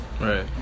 Right